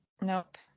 Nope